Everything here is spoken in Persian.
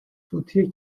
فوتی